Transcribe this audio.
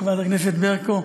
חברת הכנסת ברקו,